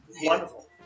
wonderful